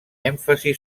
èmfasi